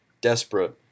desperate